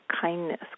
kindness